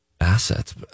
assets